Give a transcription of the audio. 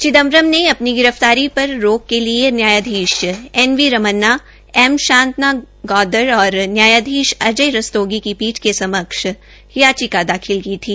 चिदम्बरम ने अपनी गिरफ्तारी पर रोक के लिए न्यायाधीश N V Ramana M Shantanagoudar और न्यायाधीश अजय रस्तोगी की पीठ के समक्ष याचिका दाखिल की थी